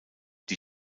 die